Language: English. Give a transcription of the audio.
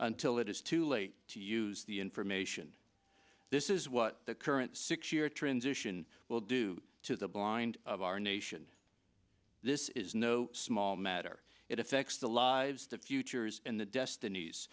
until it is too late to use the information this is what the current six year transition will do to the blind of our nation this is no small matter it affects the lives the futures and the